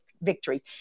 victories